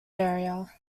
area